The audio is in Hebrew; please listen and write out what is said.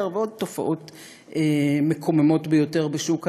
ועוד תופעות מקוממות ביותר בשוק העבודה,